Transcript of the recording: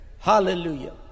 Hallelujah